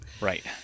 Right